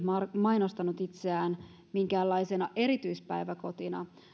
mainostanut itseään minkäänlaisena erityispäiväkotina